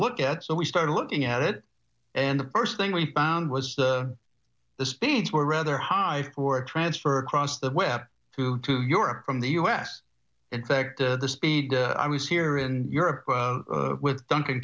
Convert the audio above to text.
look at so we started looking at it and the first thing we found was the speeds were rather high for a transfer across the web through to europe from the u s in fact the speed i was here in europe with duncan